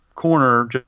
corner